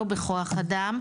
לא בכוח אדם,